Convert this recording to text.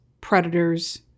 predators